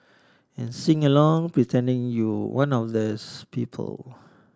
and sing along pretending you one of these people